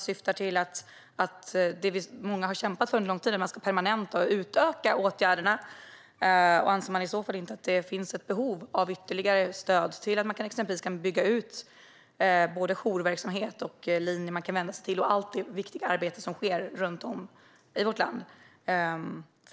Syftar man på det som många har kämpat för under en lång tid, att man ska permanenta och utöka åtgärderna? Anser man i så fall inte att det finns ett behov av ytterligare stöd till att exempelvis bygga ut både jourverksamhet, linjer som man kan vända sig till och allt det viktiga arbete som sker runt om i vårt land?